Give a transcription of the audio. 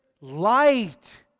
light